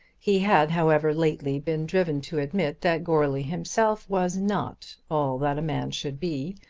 he had, however, lately been driven to admit that goarly himself was not all that a man should be,